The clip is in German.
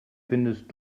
findest